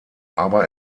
aber